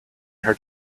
her